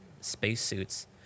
spacesuits